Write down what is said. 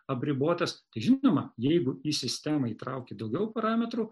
apribotas žinoma jeigu į sistemą įtrauki daugiau parametrų